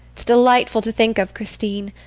it's delightful to think of, christine!